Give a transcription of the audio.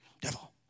Devil